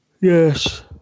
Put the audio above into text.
yes